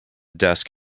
desk